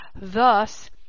thus